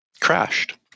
crashed